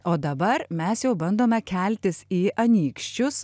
o dabar mes jau bandome keltis į anykščius